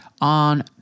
on